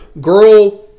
girl